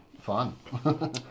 fun